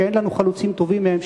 שאין לנו חלוצים טובים מהם,